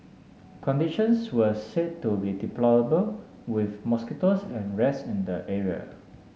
conditions were said to be deplorable with mosquitoes and rats in the area